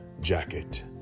jacket